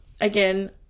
again